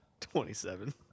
27